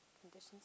condition's